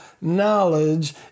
knowledge